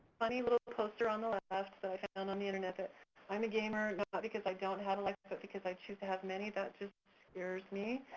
funny little poster on the left and on the internet that i'm a gamer, not ah because i don't have a life, but because i choose to have many, that just scares me.